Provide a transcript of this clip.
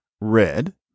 red